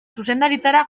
zuzendaritzara